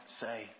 say